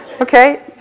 okay